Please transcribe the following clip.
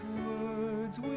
words